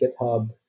GitHub